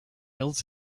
else